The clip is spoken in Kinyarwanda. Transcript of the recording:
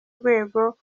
rwego